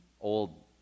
old